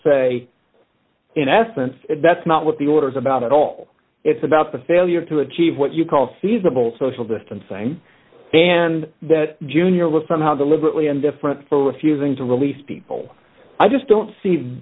say in essence that's not what the order is about at all it's about the failure to achieve what you call a feasible social distancing and that jr was somehow deliberately indifferent for refusing to release people i just don't see